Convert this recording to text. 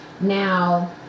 now